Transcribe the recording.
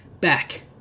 back